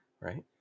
Right